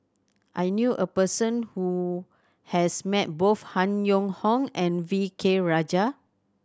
I knew a person who has met both Han Yong Hong and V K Rajah